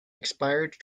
expired